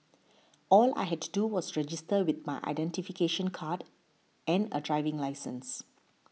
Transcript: all I had to do was register with my identification card and a driving licence